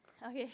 okay